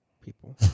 people